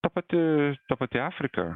ta pati ta pati afrika